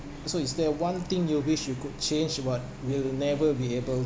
so is there one thing you wish you could change but will never be able